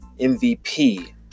MVP